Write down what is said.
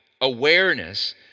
awareness